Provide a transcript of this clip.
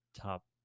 Top